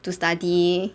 to study